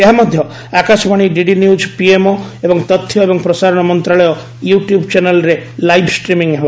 ଏହା ମଧ୍ୟ Akashvani DD news PMO ଏବଂ ତଥ୍ୟ ଏବଂ ପ୍ରସାରଣ ମନ୍ତ୍ରଣାଳୟ ୟୁଟ୍ୟୁବ୍ ଚ୍ୟାନେଲ୍ରେ ଲାଇବ୍ ଷ୍ଟ୍ରିମିଂ ହେବ